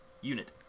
unit